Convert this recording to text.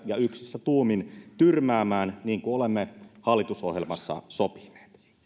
ja yksissä tuumin tyrmäämään niin kuin olemme hallitusohjelmassa sopineet